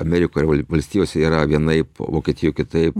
amerikoj valstijose yra vienaip vokietijoj kitaip